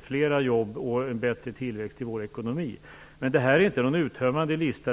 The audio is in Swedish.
flera jobb och en bättre tillväxt i vår ekonomi. Men det här är inte någon uttömmande lista.